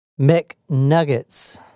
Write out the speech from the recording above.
McNuggets